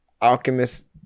Alchemist